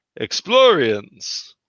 Explorians